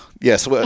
Yes